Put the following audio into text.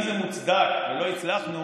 ואם זה מוצדק ולא הצלחנו,